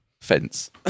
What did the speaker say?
fence